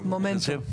מומנטום.